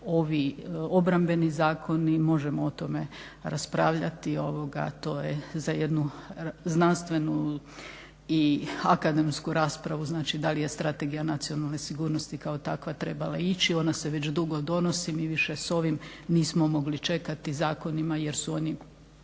ovi obrambeni zakoni, možemo o tome raspravljati. To je za jednu znanstvenu i akademsku raspravu. Znači da li je strategija nacionalne sigurnosti kao takva trebala ići, ona se već dugo donosi. Mi više s ovim nismo mogli čekati zakonima jer su oni